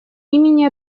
имени